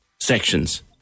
sections